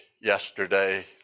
yesterday